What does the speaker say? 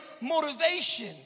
motivation